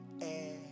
air